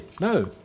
no